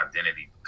Identity